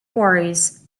quarries